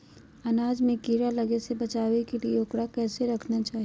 अनाज में कीड़ा लगे से बचावे के लिए, उकरा कैसे रखना चाही?